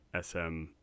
SM